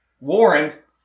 Warrens